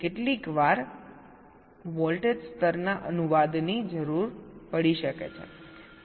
તેથી કેટલીકવાર કેટલાક વોલ્ટેજ સ્તરના અનુવાદની જરૂર પડી શકે છે